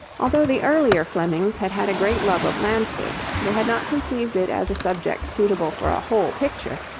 although the earlier flemings had had a great love of landscape, they had not conceived it as a subject suitable for a whole picture,